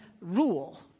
rule